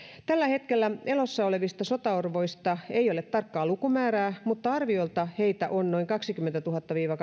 tällä hetkellä elossa olevista sotaorvoista ei ole tarkkaa lukumäärää mutta arviolta heitä on noin kahdenkymmenentuhannen viiva